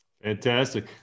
Fantastic